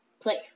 play